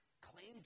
claimed